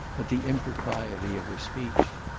at the impropriety of her speech.